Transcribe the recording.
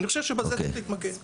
אני חושב שבזה צריך להתמקד.